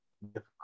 difficult